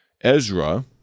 Ezra